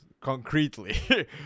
concretely